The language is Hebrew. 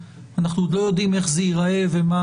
אנחנו לא יודעים איך זה ייראה ומה